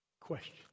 Question